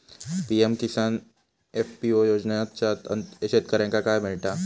PM Kisan FPO योजनाच्यात शेतकऱ्यांका काय मिळता?